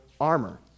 armor